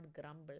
grumble